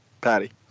Patty